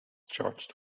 charged